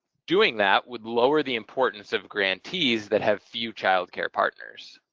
doing that would lower the importance of grantees that have few child care partners.